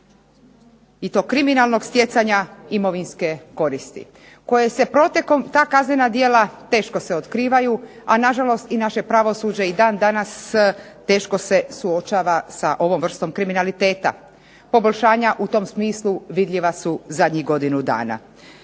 i to kriminalnog stjecanja imovinske koristi, koje se protekom ta kaznena djela teško se otkrivaju, a na žalost i naše pravosuđe i dan danas teško se suočava sa ovom vrstom kriminaliteta. Poboljšanja u tom smislu vidljiva su zadnjih godinu dana.